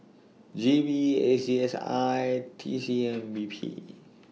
G V A C S I T C M P B